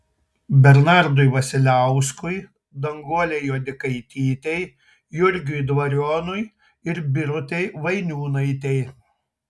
bernardui vasiliauskui danguolei juodikaitytei jurgiui dvarionui ir birutei vainiūnaitei